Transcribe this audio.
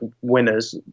winners